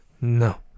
No